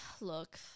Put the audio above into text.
look